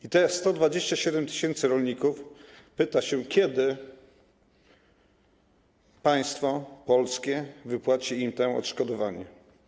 I te 127 tys. rolników pyta się, kiedy państwo polskie wypłaci im odszkodowanie.